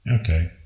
Okay